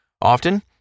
Often